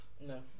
no